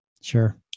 Sure